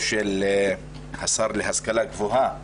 תודה, עופר,